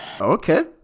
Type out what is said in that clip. Okay